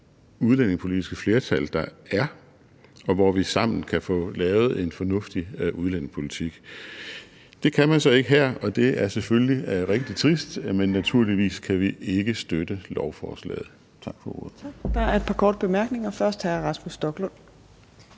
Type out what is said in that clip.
udlændingepolitiske flertal, der er, og hvor vi sammen kan få lavet en fornuftig udlændingepolitik. Det kan man så ikke her, og det er selvfølgelig rigtig trist. Vi kan naturligvis ikke støtte lovforslaget. Tak for ordet. Kl. 15:34 Fjerde næstformand (Trine Torp): Der er et par korte bemærkninger. Først fra hr. Rasmus Stoklund.